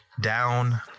down